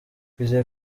twizeye